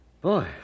Boy